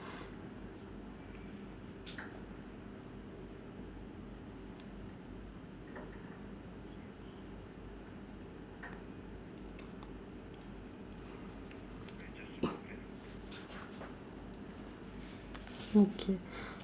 okay